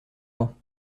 ans